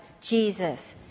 Jesus